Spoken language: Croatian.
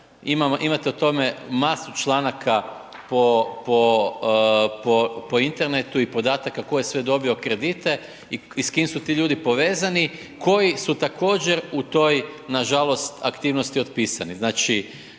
imate o tome masu članaka po internetu i podataka tko je sve dobio kredite i s kime su ti ljudi povezani koji su također u toj nažalost aktivnosti otpisani.